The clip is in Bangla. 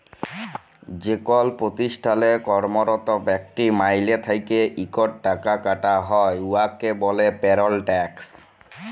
যেকল পতিষ্ঠালে কম্মরত ব্যক্তির মাইলে থ্যাইকে ইকট টাকা কাটা হ্যয় উয়াকে ব্যলে পেরল ট্যাক্স